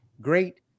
great